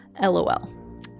LOL